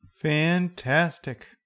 Fantastic